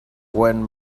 when